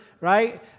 right